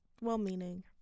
Well-meaning